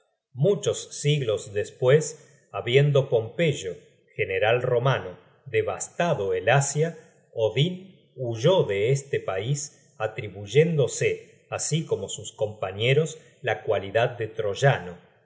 muchos siglos despues habiendo pompeyo general romano devastado el asia odin huyó de este pais atribuyéndose así como sus compañeros la cualidad de troyano